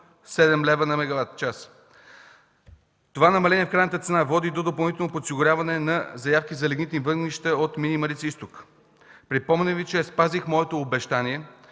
7 лв. на мегаватчас. Това намаление в крайната цена води до допълнително подсигуряване на заявки за лигнитни въглища от „Мини Марица изток”. Припомням Ви, че спазих моето обещание,